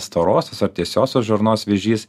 storosios ar tiesiosios žarnos vėžys